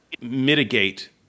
mitigate